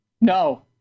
No